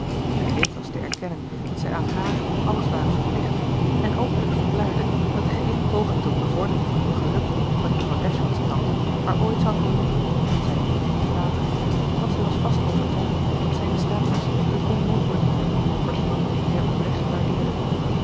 gereed was te erkennen dat zij aan hààr alles waren verplicht en openlijk verklaarde dat gééne poging tot bevordering van hun geluk van juffrouw dashwood's kant haar ooit zou verwonderen t zij nu of later want zij was vast overtuigd dat zij in staat was het onmogelijke te doen voor iemand dien zij oprecht waardeerde